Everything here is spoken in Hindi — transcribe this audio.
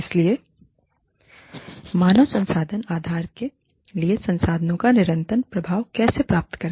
इसलिए मानव संसाधन आधार के लिए संसाधनों का निरंतर प्रवाह कैसे प्राप्त करें